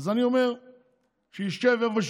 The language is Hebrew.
יכול לשבת בכיסא.